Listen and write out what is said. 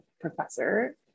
professor